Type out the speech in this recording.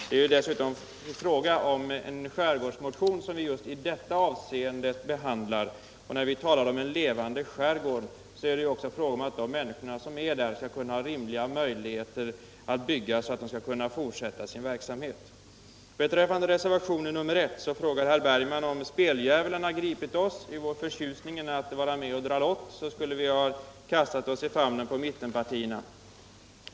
Det gäller dessutom i det avseende som vi just nu behandlar en skärgårdsmotion. Vi talar där om en levande skärgård, där människorna skall ha rimliga möjligheter att bygga för att kunna fortsätta sin verksamhet. Beträffande reservationen 1 frågar herr Bergman om speldjävulen har gripit oss — i vår förtjusning inför att få vara med om en lottdragning skulle vi ha kastat oss i famnen på mittenpartierna.